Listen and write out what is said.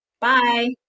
Bye